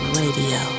radio